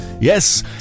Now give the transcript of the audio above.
Yes